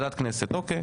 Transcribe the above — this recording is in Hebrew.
אוקי.